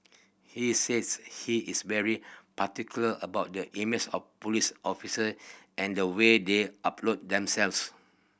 he says he is very particular about the image of police officer and the way they uphold themselves